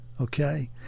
okay